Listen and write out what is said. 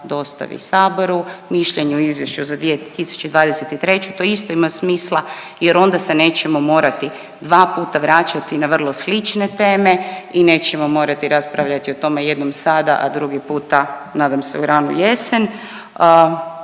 dostavi saboru mišljenje o izvješću za 2023. To isto ima smisla jer onda se nećemo morati dva puta vraćati na vrlo slične teme i nećemo morati raspravljati o tome jednom sada, a drugi puta nadam se u ranu jesen.